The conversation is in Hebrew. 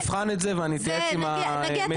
אז אני אבחן את זה ואני אתייעץ עם המציעים לגבי זה.